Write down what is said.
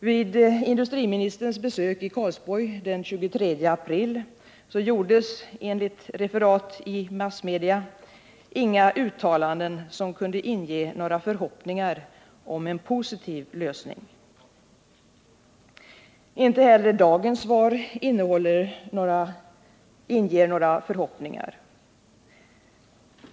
Vid industriministerns besök i Karlsborg den 23 aril gjordes, enligt referat i massmedia, inga uttalanden som kunde inge några förhoppningar om en positiv lösning. Inte heller dagens svar inger några förhoppningar.